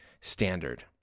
standard